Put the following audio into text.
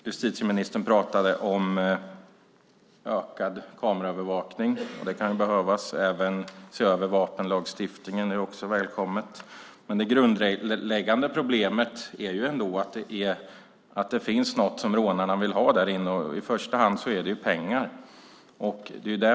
Justitieministern pratade om ökad kameraövervakning, och det kan ju behövas, och även om att se över vapenlagstiftningen. Det är också välkommet. Men det grundläggande problemet är att det finns något som rånarna vill ha där inne, i första hand pengar.